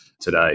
today